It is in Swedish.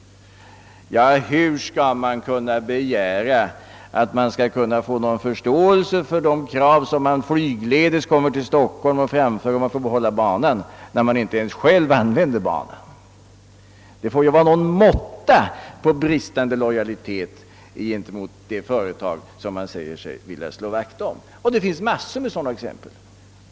Hur skall man kunna få förståelse för krav att behålla sin järnväg, när man själv flygledes kommer till Stockholm och framför detta krav? Det måste vara någon måtta på den bristande lojaliteten mot det företag vars intressen man säger sig vilja slå vakt om. Det finns som sagt många liknande exempel.